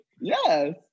Yes